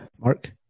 Mark